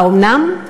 האומנם?